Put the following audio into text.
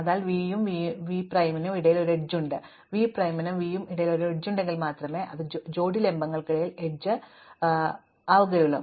അതിനാൽ v നും v പ്രൈമിനും ഇടയിൽ ഒരു എഡ്ജ് ഉണ്ട് v പ്രൈമിനും v നും ഇടയിൽ ഒരു എഡ്ജ് ഉണ്ടെങ്കിൽ മാത്രമേ അതിനാൽ ഏതെങ്കിലും ജോഡി ലംബങ്ങൾക്കിടയിൽ ഒരു എഡ്ജ് മാത്രമേയുള്ളൂ